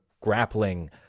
grappling